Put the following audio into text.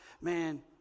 man